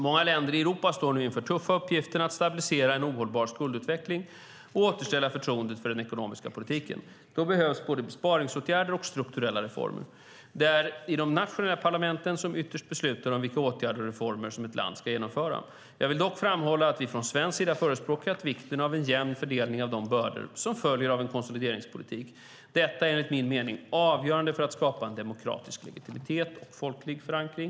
Många länder i Europa står nu inför den tuffa uppgiften att stabilisera en ohållbar skuldutveckling och återställa förtroendet för den ekonomiska politiken. Då behövs både besparingsåtgärder och strukturella reformer. Det är de nationella parlamenten som ytterst beslutar om vilka åtgärder och reformer som ett land ska genomföra. Jag vill dock framhålla att vi från svensk sida förespråkat vikten av en jämn fördelning av de bördor som följer av en konsolideringspolitik. Detta är enligt min mening avgörande för att skapa demokratisk legitimitet och folklig förankring.